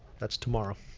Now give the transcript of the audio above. that's tomorrow.